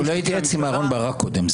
לממשלה -- הוא לא התייעץ עם אהרן ברק קודם,